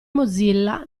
mozilla